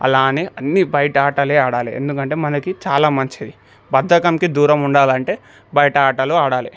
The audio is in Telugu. అలా అని అన్నీ బయట ఆటలే ఆడాలి ఎందుకంటే మనకి చాలా మంచిది బద్దకానికి దూరం ఉండాలంటే బయట ఆటలు ఆడాలి